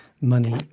money